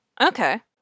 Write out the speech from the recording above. Okay